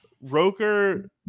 Roker